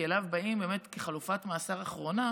כי אליו גברים באים באמת כחלופת מאסר אחרונה,